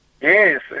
Yes